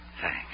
Thanks